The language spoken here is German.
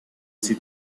sie